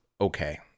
okay